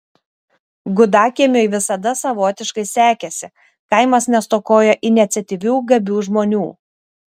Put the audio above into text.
gudakiemiui visada savotiškai sekėsi kaimas nestokojo iniciatyvių gabių žmonių